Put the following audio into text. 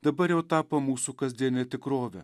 dabar jau tapo mūsų kasdiene tikrove